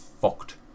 fucked